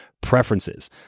preferences